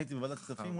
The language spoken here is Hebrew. כספים?